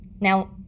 Now